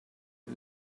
who